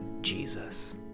Jesus